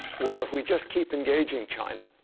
well, if we just keep engaging china,